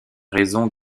raisons